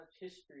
history